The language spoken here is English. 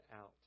out